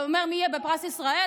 הוא אומר מי יהיה בפרס ישראל?